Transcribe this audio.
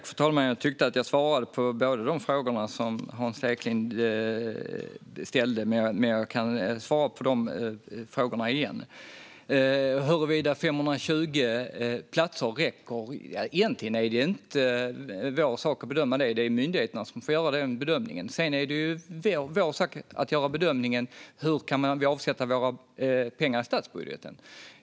Fru talman! Jag tyckte att jag svarade på båda de frågor som Hans Eklind ställde, men jag kan svara på dem igen. Huruvida 520 platser räcker är egentligen inte vår sak att bedöma. Det är myndigheterna som får göra den bedömningen. Sedan är det vår sak att göra bedömningen av hur man kan avsätta pengar i statsbudgeten.